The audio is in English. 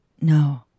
No